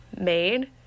made